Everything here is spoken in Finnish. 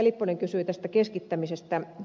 lipponen kysyi keskittämisestä